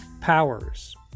powers